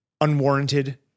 unwarranted